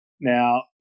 now